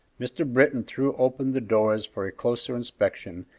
mr. britton threw open the doors for a closer inspection,